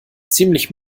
ziemlich